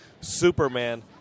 Superman